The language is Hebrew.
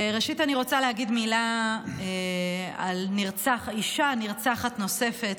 ראשית, אני רוצה להגיד מילה על אישה נרצחת נוספת.